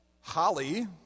Holly